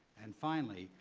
and finally,